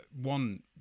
one